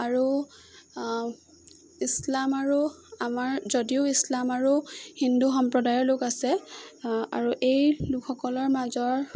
আৰু ইছলাম আৰু আমাৰ যদিও ইছলাম আৰু হিন্দু সম্প্ৰদায়ৰ লোক আছে আৰু এই লোকসকলৰ মাজৰ